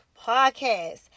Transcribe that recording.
Podcast